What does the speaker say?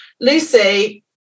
Lucy